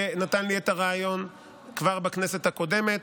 שנתן לי את הרעיון כבר בכנסת הקודמת,